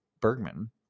Bergman